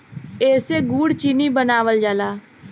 एसे गुड़ चीनी बनावल जाला